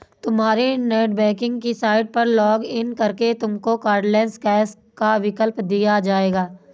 तुम्हारी नेटबैंकिंग की साइट पर लॉग इन करके तुमको कार्डलैस कैश का विकल्प दिख जाएगा